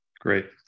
Great